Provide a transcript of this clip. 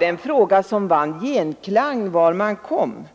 Den vann genklang var man kom.